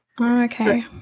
Okay